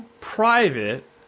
private